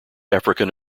african